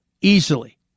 easily